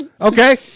okay